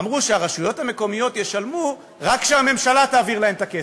אמרו שהרשויות המקומיות ישלמו רק כשהממשלה תעביר להן את הכסף.